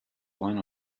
one